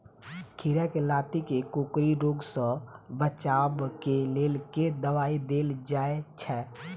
खीरा केँ लाती केँ कोकरी रोग सऽ बचाब केँ लेल केँ दवाई देल जाय छैय?